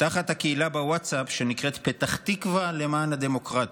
תחת הקהילה בווטסאפ שנקראת "פתח תקווה למען הדמוקרטיה".